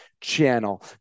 channel